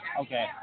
Okay